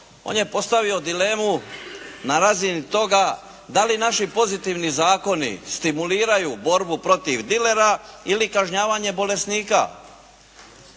on je postavio dilemu na razini toga da li naši pozitivni zakoni stimuliraju borbu protiv dilera ili kažnjavanje bolesnika.